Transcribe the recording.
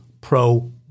pro